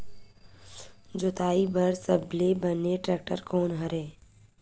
जोताई बर सबले बने टेक्टर कोन हरे?